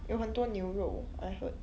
有很多牛肉 I heard